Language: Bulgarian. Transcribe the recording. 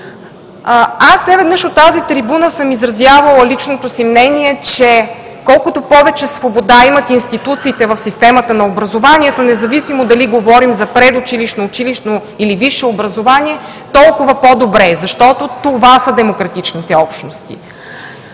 Неведнъж от тази трибуна съм изразявала личното си мнение, че колкото повече свобода имат институциите в системата на образованието, независимо дали говорим за предучилищно, училищно или висше образование, толкова по-добре, защото това са демократичните общности.